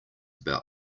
about